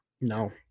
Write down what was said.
No